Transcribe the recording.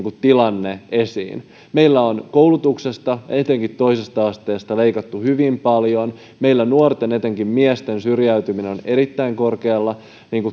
tilanne meillä on koulutuksesta etenkin toisesta asteesta leikattu hyvin paljon meillä nuorten etenkin miesten syrjäytyminen on erittäin korkealla